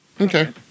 Okay